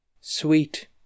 Sweet